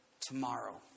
tomorrow